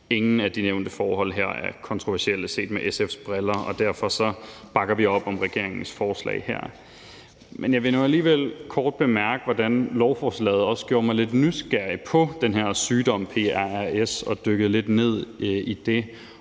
Ingen af de nævnte forhold her er kontroversielle set med SF's briller, og derfor bakker vi op om regeringens forslag her. Men jeg vil nu alligevel kort bemærke, hvordan lovforslaget også gjorde mig lidt nysgerrig på den her sygdom prrs. Jeg dykkede lidt ned i det,